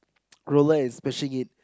roll out and smashing it